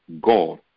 God